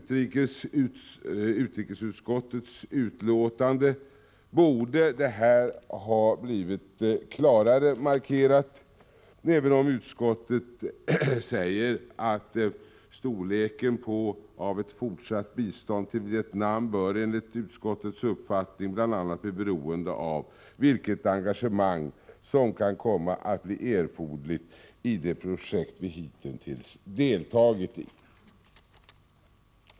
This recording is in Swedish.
Detta borde ha markerats klarare i utrikesutskottets betänkande, även om utskottet skriver att storleken på ett fortsatt bistånd till Vietnam enligt utskottets uppfattning bör bero bl.a. på vilket engagemang som kan komma att bli erforderligt i de projekt vi hitintills deltagit i.